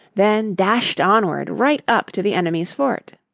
then dashed onward right up to the enemy's fort.